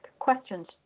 questions